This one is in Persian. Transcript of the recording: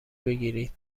بگیرید